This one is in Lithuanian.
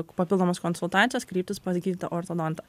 papildomos konsultacijos kreiptis pas gydytoją ortodontą